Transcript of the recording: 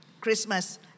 Christmas